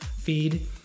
feed